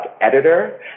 editor